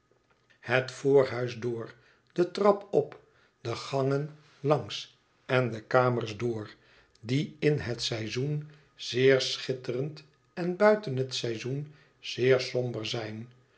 het voorhuis door de trap op de gangen langs en de kamers door die in het seizoen zeer schitterend en buiten het seizoen zeer somber zijn